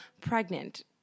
pregnant